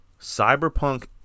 Cyberpunk